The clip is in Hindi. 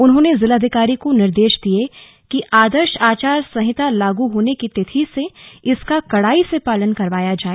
उन्होंने जिलाधिकारी को निर्देश दिये कि आदर्श आचार संहित लागू होने की तिथि से इसका कड़ाई से पालन करवाया जाए